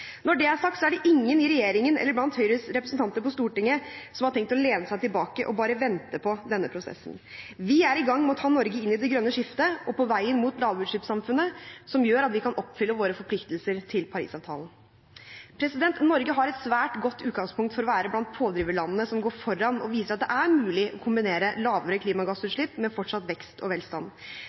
Når det er sagt, er det ingen i regjeringen eller blant Høyres representanter på Stortinget som har tenkt å lene seg tilbake og bare vente på denne prosessen. Vi er i gang med å ta Norge inn i det grønne skiftet og på vei mot lavutslippssamfunnet, som gjør at vi kan oppfylle våre forpliktelser i Paris-avtalen. Norge har et svært godt utgangspunkt for å være blant pådriverlandene som går foran og viser at det er mulig å kombinere lavere klimagassutslipp med fortsatt vekst og velstand.